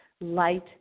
light